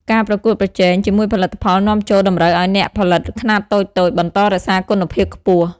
ការប្រកួតប្រជែង ជាមួយផលិតផលនាំចូលតម្រូវឱ្យអ្នកផលិតខ្នាតតូចៗបន្តរក្សាគុណភាពខ្ពស់។